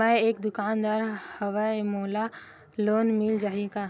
मै एक दुकानदार हवय मोला लोन मिल जाही?